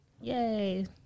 Yay